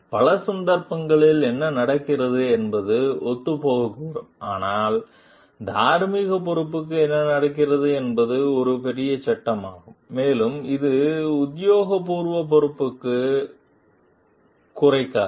எனவே பல சந்தர்ப்பங்களில் என்ன நடக்கிறது என்பது ஒத்துப்போகக்கூடும் ஆனால் தார்மீக பொறுப்புக்கு என்ன நடக்கிறது என்பது ஒரு பெரிய சட்டமாகும் மேலும் இது உத்தியோகபூர்வ பொறுப்புக்கு குறைக்காது